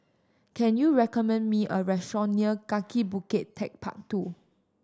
can you recommend me a restaurant near Kaki Bukit Techpark Two